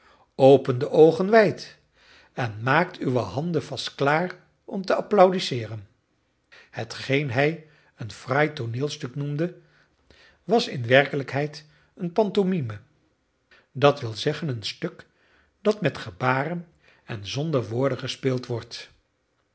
open de oogen wijd en maakt uwe handen vast klaar om te applaudisseeren hetgeen hij een fraai tooneelstuk noemde was in werkelijkheid een pantomime dat wil zeggen een stuk dat met gebaren en zonder woorden gespeeld wordt